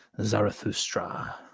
Zarathustra